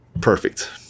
perfect